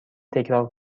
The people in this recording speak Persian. تکرار